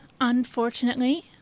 unfortunately